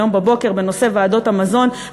היום בבוקר בנושא ועדות המזון,